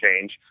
change